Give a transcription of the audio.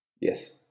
Yes